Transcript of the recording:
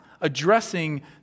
addressing